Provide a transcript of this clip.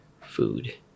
food